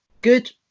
Good